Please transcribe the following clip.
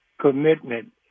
commitment